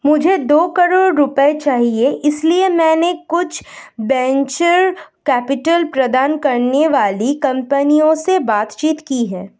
मुझे दो करोड़ रुपए चाहिए इसलिए मैंने कुछ वेंचर कैपिटल प्रदान करने वाली कंपनियों से बातचीत की है